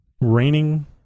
raining